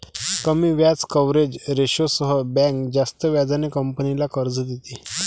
कमी व्याज कव्हरेज रेशोसह बँक जास्त व्याजाने कंपनीला कर्ज देते